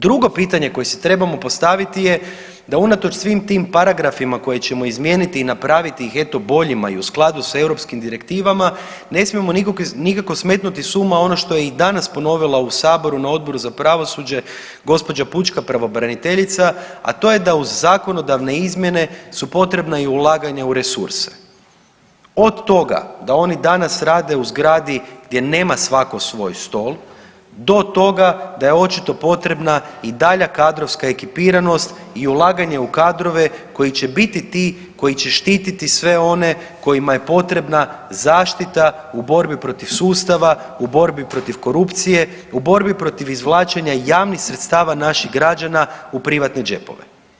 Drugo pitanje koje si trebamo postaviti je da unatoč svim tim paragrafima koje ćemo izmijeniti i napraviti ih eto boljima i u skladu s europskim direktivama ne smijemo nikako smetnuti s uma ono što je i danas ponovila u saboru na Odboru za pravosuđe gđa. pučka pravobraniteljica, a to je da uz zakonodavne izmjene su potrebna i ulaganja u resurse, od toga da oni danas rade u zgradi gdje nema svatko svoj stol do toga da je očito potrebna i dalja kadrovska ekipiranost i ulaganje u kadrove koji će biti ti koji će štititi sve one kojima je potrebna zaštita u borbi protiv sustava, u borbi protiv korupcije, u borbi protiv izvlačenja javnih sredstava naših građana u privatne džepove.